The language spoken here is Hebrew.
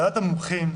ועדת המומחים,